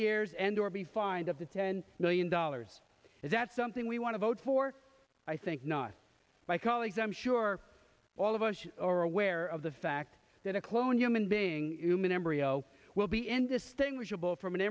years and or be fined up to ten million dollars is that something we want to vote for i think not my colleagues i'm sure all of us are aware of the fact that a cloned human being human embryo will be indistinguishable from